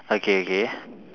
okay okay